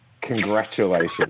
congratulations